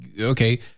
okay